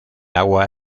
agua